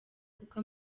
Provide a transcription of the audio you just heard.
kuko